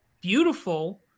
beautiful